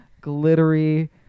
glittery